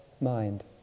mind